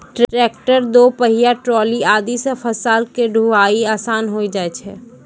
tractor, दो पहिया trolley आदि सॅ फसल के ढुलाई आसान होय जाय छै